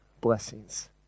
blessings